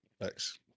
Thanks